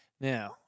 Now